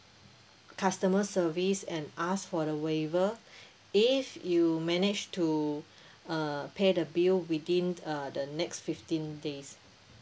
customer service and ask for the waiver if you manage to uh pay the bill within uh the next fifteen days